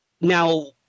now